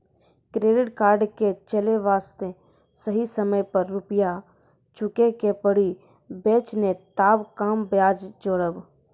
Credit card के चले वास्ते सही समय पर रुपिया चुके के पड़ी बेंच ने ताब कम ब्याज जोरब?